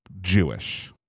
Jewish